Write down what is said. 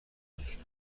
نمیشه